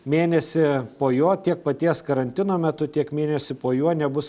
mėnesį po jo tiek paties karantino metu tiek mėnesių po juo nebus